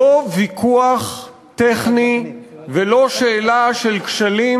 לא ויכוח טכני ולא שאלה של כשלים